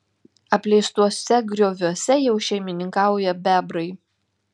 apleistuose grioviuose jau šeimininkauja bebrai